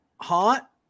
hot